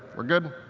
we're good.